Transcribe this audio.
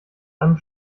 einem